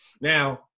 Now